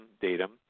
datum